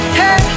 hey